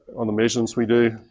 on the maintenance we do.